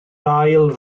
ail